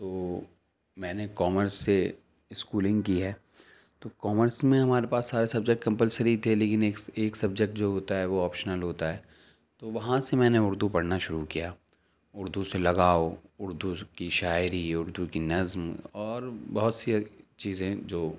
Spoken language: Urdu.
تو میں نے کامرس سے اسکولنگ کی ہے تو کامرس میں ہمارے پاس سارے سبجیکٹ کمپلسری تھے لیکن اک ایک سبجیکٹ جو ہوتا ہے وہ آپشنل ہوتا ہے تو وہاں سے میں نے اردو پڑھنا شروع کیا اردو سے لگاؤ اردو کی شاعری اردو کی نظم اور بہت سی چیزیں جو